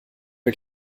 wir